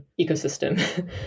ecosystem